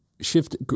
shift